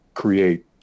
Create